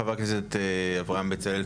חבר הכנסת אברהם בצלאל,